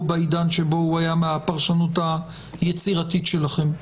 בעידן שבו הוא היה מהפרשנות היצירתית שלכם,